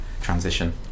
transition